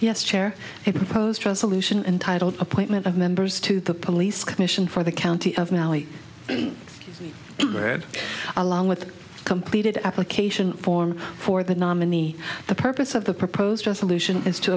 entitled appointment of members to the police commission for the county of mally read along with completed application form for the nominee the purpose of the proposed resolution is to